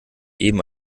eben